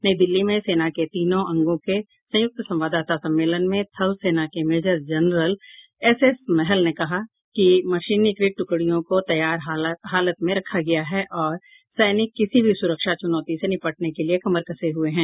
नई दिल्ली में सेना के तीनों अंगों के संयुक्त संवाददाता सम्मेलन में थलसेना के major general S S Mahal ने कहा कि मशीनीकृत ट्कडियों को तैयार हालत में रखा गया है और सैनिक किसी भी सुरक्षा चुनौती से निपटने के लिए कमर कसे हुए हैं